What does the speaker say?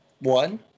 One